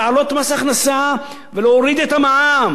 להעלות את מס ההכנסה ולהוריד את המע"מ.